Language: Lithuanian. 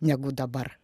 negu dabar